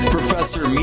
Professor